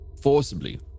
Forcibly